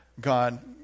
God